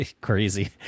Crazy